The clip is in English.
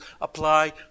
apply